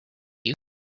you